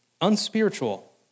unspiritual